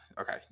okay